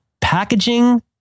Packaging